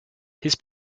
his